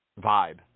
vibe